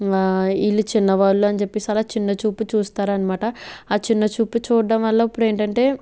వీళ్ళు చిన్న వాళ్ళు అని చెప్పేసి అలా చిన్న చూపు చూస్తారన్నమాట ఆ చిన్న చూపు చూడ్డం వల్ల ఇప్పుడు ఏంటంటే